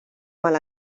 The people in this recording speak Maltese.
mal